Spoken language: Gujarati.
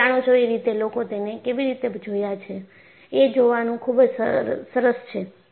તમે જાણો છો એ રીતે લોકો તેને કેવી રીતે જોયા છે એ જોવાનું ખુબ જ સરસ છે